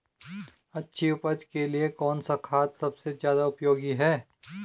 अच्छी उपज के लिए कौन सा खाद सबसे ज़्यादा उपयोगी है?